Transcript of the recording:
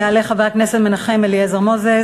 יעלה חבר הכנסת מנחם אליעזר מוזס.